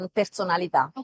personalità